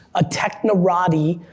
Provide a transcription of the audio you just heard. a technorati